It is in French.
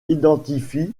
identifient